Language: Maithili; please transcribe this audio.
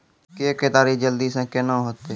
के केताड़ी जल्दी से के ना होते?